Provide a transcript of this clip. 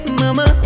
mama